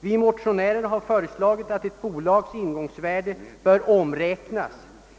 Vi motionärer har föreslagit, att ett bolags ingångsvärde omräknas